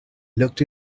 looked